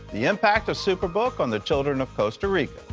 the impact of superbook on the children of costa rica,